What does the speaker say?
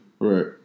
Right